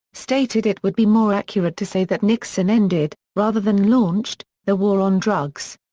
stated it would be more accurate to say that nixon ended, rather than launched, the war on drugs.